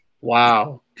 Wow